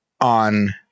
on